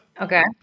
Okay